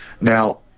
Now